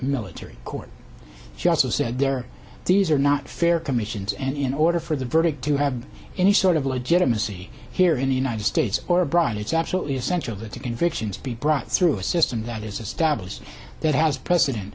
military court she also said there these are not fair commissions and in order for the verdict to have any sort of legitimacy here in the united states or abroad it's absolutely essential that the convictions be brought through a system that is established that has precedent